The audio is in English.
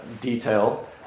detail